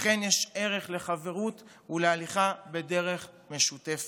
אכן יש ערך לחברות ולהליכה בדרך משותפת.